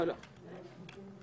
רביזיה.